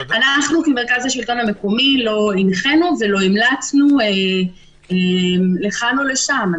אנו כמרכז השלטון המקומי לא הנחינו ולא המלצנו לכאן או לשם.